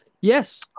Yes